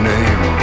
Name